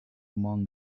among